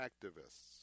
activists